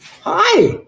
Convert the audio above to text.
Hi